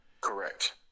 correct